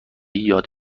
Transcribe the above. یاد